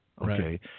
okay